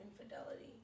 infidelity